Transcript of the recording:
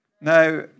Now